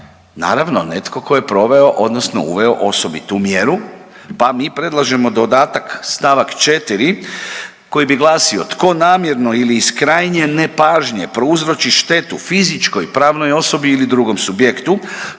naravno netko tko je proveo odnosno uveo osobitu mjeru. Pa mi predlažemo dodatak st. 4. koji bi glasio, tko namjerno ili iz krajnje nepažnje prouzroči štetu fizičkoj, pravnoj osobi ili drugom subjektu